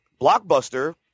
Blockbuster